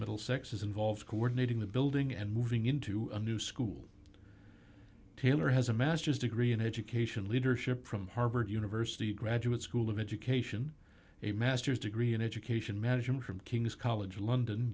middlesex is involved coordinating the building and moving into a new school taylor has a master's degree in education leadership from harvard university graduate school of education a master's degree in education management from king's college london